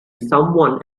someone